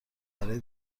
برای